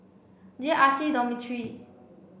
J R C Dormitory